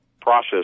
process